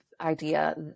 idea